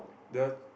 the